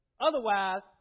otherwise